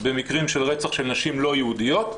במקרים של רצח של נשים לא יהודיות,